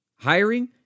Hiring